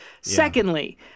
Secondly